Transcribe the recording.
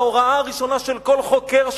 ההוראה הראשונה של כל חוקר,